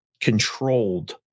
controlled